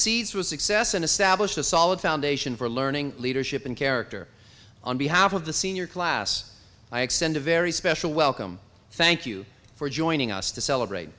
seeds for success and established a solid foundation for learning leadership and character on behalf of the senior class i extend a very special welcome thank you for joining us to celebrate